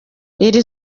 iri